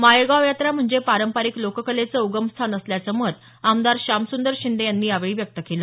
माळेगाव यात्रा म्हणजे पारंपारिक लोककलेचं उगमस्थान असल्याचं मत आमदार शामसुंदर शिंदे यांनी यावेळी व्यक्त केलं